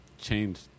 changed